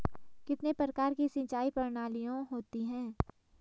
कितने प्रकार की सिंचाई प्रणालियों होती हैं?